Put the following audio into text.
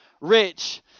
rich